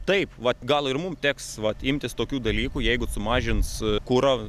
taip vat gal ir mum teks vat imtis tokių dalykų jeigu sumažins kurą